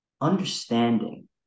understanding